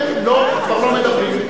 הם כבר לא מדברים.